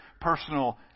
personal